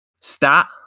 Stat